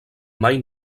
mai